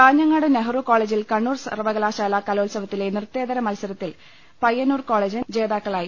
കാഞ്ഞങ്ങാട് നെഹ്രു കോളേജിൽ കണ്ണൂർ സർവകലാശാലാ കലോ ത്സവത്തിലെ നൃത്തേതര മത്സരങ്ങളിൽ പയ്യന്നൂർ കോളേജ് ജേതാക്കളായി